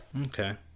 Okay